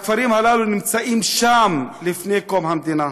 הכפרים הללו נמצאים מלפני קום המדינה.